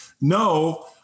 No